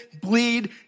bleed